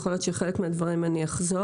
יכול להיות שעל חלק מהדברים אני אחזור,